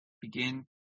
Begin